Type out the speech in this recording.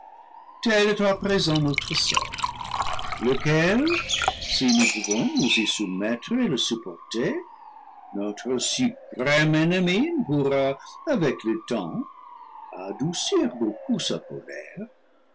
à présent notre sort lequel si nous pouvons nous y soumettre et le supporter notre suprême ennemi pourra avec le temps adoucir beaucoup sa colère